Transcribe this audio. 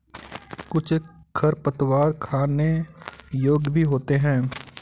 कुछ खरपतवार खाने योग्य भी होते हैं